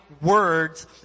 words